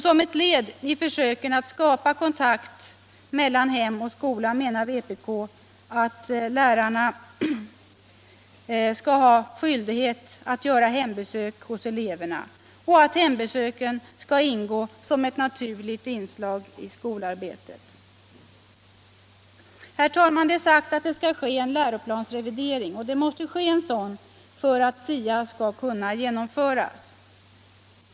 Som ett led i försöken att skapa kontakt mellan hem och skola menar vpk att lärarna skall ha skyldighet att göra hembesök hos eleverna och att hembesöken skall ingå som ett naturligt inslag i skolarbetet. Herr talman! Man har sagt att det skall företas en läroplansrevidering. Det måste bli en sådan för att SIA skall kunna genomföras.